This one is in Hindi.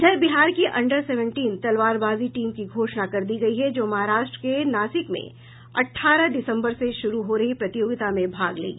इधर बिहार की अंडर सेवेंटीन तलवारबाजी टीम की घोषणा कर दी गयी है जो महाराष्ट्र के नासिक में अठारह दिसम्बर से शुरू हो रही प्रतियोगिता में भाग लेगी